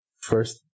first